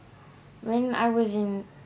when I was in